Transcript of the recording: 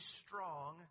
strong